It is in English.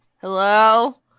Hello